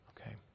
okay